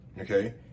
Okay